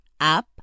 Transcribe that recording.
up